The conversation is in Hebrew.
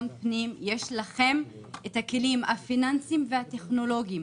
פנים יש לכם את הכלים הפיננסיים והטכנולוגיים,